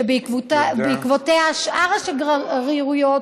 שבעקבותיה שאר השגרירויות